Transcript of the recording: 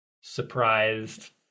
surprised